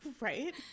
Right